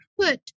put